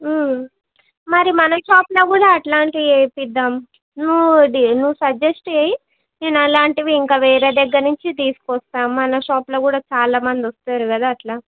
మరి మన షాపులో కూడా అట్లాంటియే వేయిద్దాం నువ్వు సజెస్ట్ చేయి నేను అలాంటివి ఇంకా వేరే దగ్గర నుంచి తీసుకువస్తాను మన షాపులో కూడా చాలామంది వస్తారు కదా అట్లా